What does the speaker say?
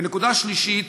ונקודה שלישית,